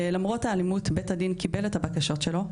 ולמרות האלימות בית הדין קיבל את הבקשות שלו,